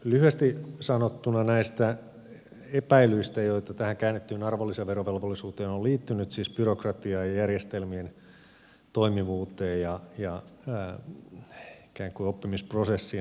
lyhyesti sanottuna näistä epäilyistä joita tähän käännettyyn arvonlisäverovelvollisuuteen on liittynyt siis byrokratiaan ja järjestelmien toimivuuteen ja oppimisprosessien sekavuuteen